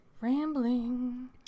Rambling